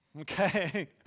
okay